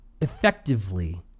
effectively